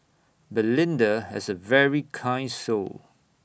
belinda has A very kind soul